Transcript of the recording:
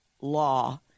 law